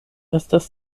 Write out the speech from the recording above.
estas